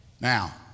Now